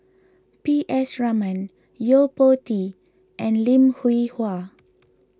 P S Raman Yo Po Tee and Lim Hwee Hua